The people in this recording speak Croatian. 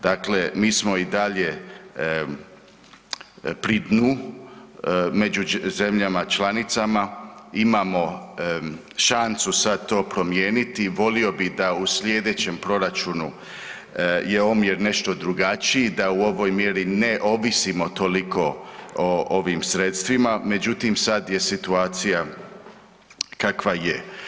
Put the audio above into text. Dakle, mi smo i dalje pri dnu među zemljama članicama, imamo šansu sad to promijeniti, volio bi da u slijedećem proračunu je omjer nešto drugačiji, da u ovoj mjeri ne ovisimo toliko o ovim sredstvima, međutim sad je situacija kakva je.